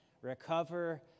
recover